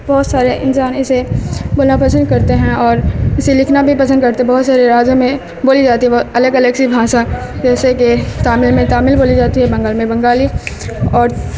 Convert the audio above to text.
بہت سارے انسان اسے بولنا پسند کرتے ہیں اور اسے لکھنا بھی پسند کرتے ہیں بہت سارے راجیوں میں بولی جاتی ہے الگ الگ سی بھاشا جیسے کہ تامل میں تامل بولی جاتی ہے بنگال میں بنگالی اور